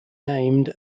named